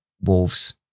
Wolves